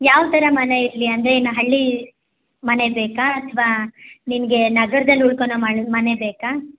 ಯಾವ ಥರ ಮನೆ ಇರಲಿ ಅಂದ್ರೇನು ಹಳ್ಳಿ ಮನೆ ಬೇಕಾ ಅಥವಾ ನಿನಗೆ ನಗರ್ದಲ್ಲಿ ಉಳ್ಕೊನೊ ಮನೆ ಬೇಕಾ